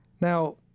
Now